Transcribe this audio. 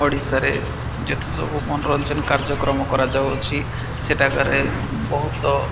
ଓଡ଼ିଶାରେ ଯେତେ ସବୁ ମନୋରଞ୍ଜନ କାର୍ଯ୍ୟକ୍ରମ କରାଯାଉଅଛି ସେଠାରେ ବହୁତ